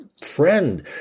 friend